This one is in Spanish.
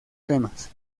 temas